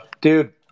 Dude